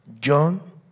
John